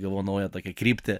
gavau naują tokią kryptį